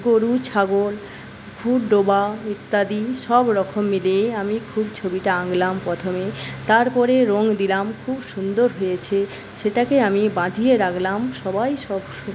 গরু ছাগল পুকুর ডোবা ইত্যাদি সবরকম মিলিয়ে আমি ফুল ছবিটা আঁকলাম প্রথমে তারপরে রঙ দিলাম খুব সুন্দর হয়েছে সেটাকে আমি বাঁধিয়ে রাখলাম সবাই সব